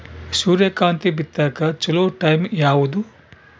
ಸೂರ್ಯಕಾಂತಿ ಬಿತ್ತಕ ಚೋಲೊ ಟೈಂ ಯಾವುದು?